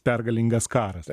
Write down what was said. pergalingas karas